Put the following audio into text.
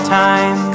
time